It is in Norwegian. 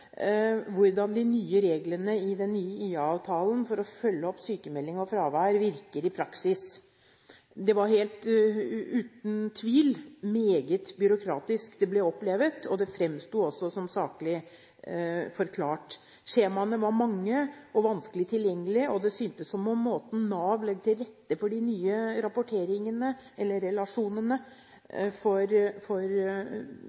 hvordan reglene i den nye IA-avtalen for å følge opp sykmelding og fravær virker i praksis. Det ble uten tvil opplevd meget byråkratisk, og det fremsto også som saklig forklart. Skjemaene var mange og vanskelig tilgjengelige, og det syntes som om måten Nav legger til rette for de nye rapporteringene eller relasjonene